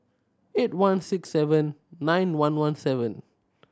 eight one six seven nine one one seven